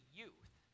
youth